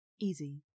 Easy